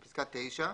בפסקה (9)